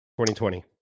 2020